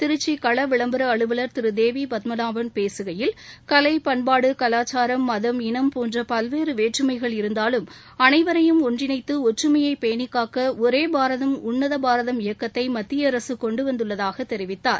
திருச்சி கள விளம்பர அலுவலர் திரு தேவி பத்மநாபன் பேசுகையில் கலை பண்பாடு கலாச்சாரம் மதம் இனம் போன்ற பல்வேறு வேற்றுமைகள் இருந்தாலும் அனைவரயும் ஒன்றிணைத்து ஒற்றுமையை பேணிக்காக்க ஒரே பாரதம் உன்னத பாரதம் இயக்கத்தை மத்திய அரசு னென்டு வந்துள்ளதாக தெரிவித்தார்